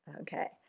Okay